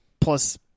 plus